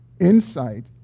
Insight